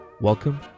Welcome